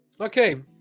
Okay